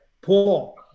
Paul